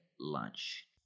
lunch